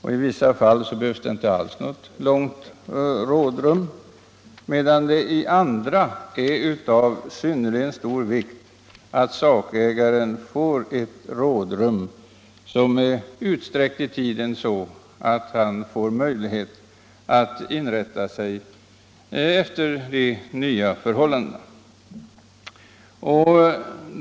I vissa fall behövs det inte något långt rådrum alls, medan det i andra fall är av synnerligen stor vikt att sakägaren får ett rådrum som är så pass utsträckt i tiden att han har möjligheter att inrätta sig efter de nya förhållandena.